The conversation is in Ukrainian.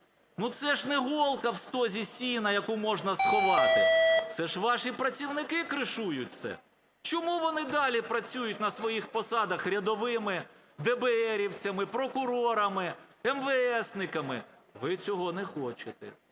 Ну це ж не голка в стозі сіна, яку можна сховати, це ж ваші працівники кришують це. Чому вони далі працюють на своїх посадах рядовими, дебеерівцями, прокурорами, емвеесниками? Ви цього не хочете.